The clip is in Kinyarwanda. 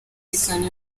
umutekano